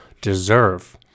deserve